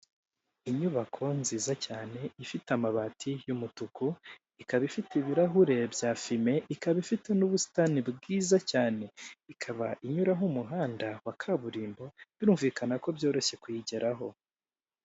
Inyubako nziza cyane ifite amabati y'umutuku ikaba ifite ibirahure bya fime ikaba ifite n'ubusitani bwiza cyane ikaba inyuraraho umuhanda wa kaburimbo birumvikana ko byoroshye kuyigeraho.